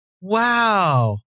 Wow